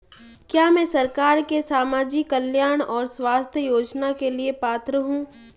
क्या मैं सरकार के सामाजिक कल्याण और स्वास्थ्य योजना के लिए पात्र हूं?